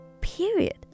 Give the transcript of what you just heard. period